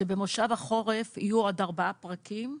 שבמושב החורף יהיו עוד ארבעה פרקים,